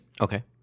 okay